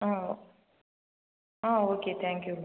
ஆ ஆ ஓகே தேங்க்யூங்க